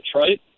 Detroit